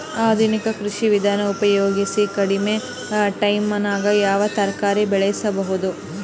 ಆಧುನಿಕ ಕೃಷಿ ವಿಧಾನ ಉಪಯೋಗಿಸಿ ಕಡಿಮ ಟೈಮನಾಗ ಯಾವ ತರಕಾರಿ ಬೆಳಿಬಹುದು?